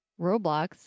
Roblox